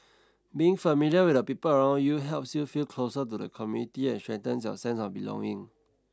being familiar with the people around you helps you feel closer to the community and strengthens your sense of belonging